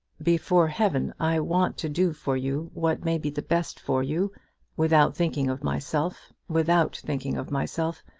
before heaven i want to do for you what may be the best for you without thinking of myself without thinking of myself,